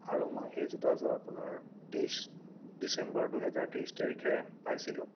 আৰু মই সেই জোতাযোৰ আপোনাৰ তেইছ ডিচেম্বৰ দুহেজাৰ তেইছ তাৰিখে পাইছিলোঁ